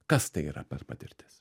kas tai yra per patirtis